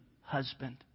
husband